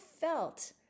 felt